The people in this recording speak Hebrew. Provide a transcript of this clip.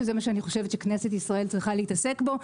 שזה מה שאני חושבת שכנסת ישראל צריכה להתעסק בו.